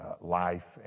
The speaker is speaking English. life